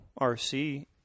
RC